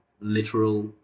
literal